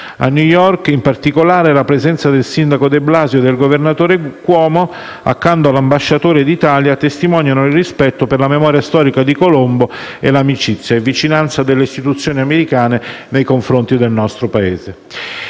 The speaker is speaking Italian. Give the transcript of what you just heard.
A New York, in particolare, la presenza del sindaco de Blasio e del governatore Cuomo, accanto all'Ambasciatore d'Italia, testimoniano il rispetto per la memoria storica di Colombo e l'amicizia e la vicinanza delle istituzioni americane nei confronti del nostro Paese.